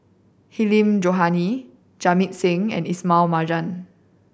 Hilmi Johandi Jamit Singh and Ismail Marjan